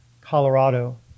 Colorado